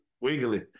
wiggly